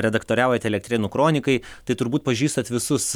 redaktoriaujat elektrėnų kronikai tai turbūt pažįstat visus